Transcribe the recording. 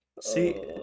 See